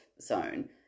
zone